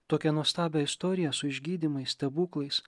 tokią nuostabią istoriją su išgydymais stebuklais